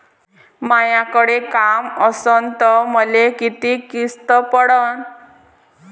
मायाकडे काम असन तर मले किती किस्त पडन?